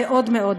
מאוד מאוד,